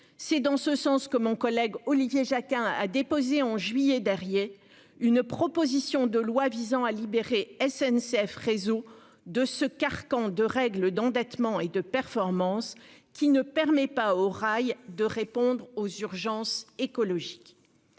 C'est dans ce sens que mon collègue Olivier Jacquin a déposé en juillet dernier une proposition de loi visant à libérer SNCF. Réseau de ce carcan de règles d'endettement et de performance qui ne permet pas aux rails de répondre aux urgences écologiques.